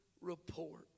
report